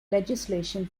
legislation